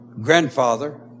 grandfather